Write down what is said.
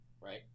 right